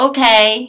Okay